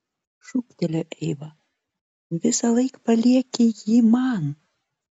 šūktelėjo eiva visąlaik palieki jį man